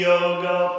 Yoga